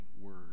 word